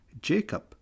Jacob